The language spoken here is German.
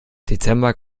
dezember